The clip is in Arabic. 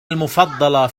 المفضلة